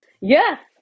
Yes